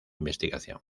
investigación